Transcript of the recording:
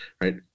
right